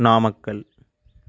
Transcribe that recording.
Namakkal